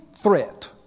threat